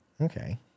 Okay